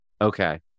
Okay